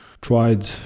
tried